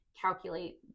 calculate